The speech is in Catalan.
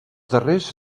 darrers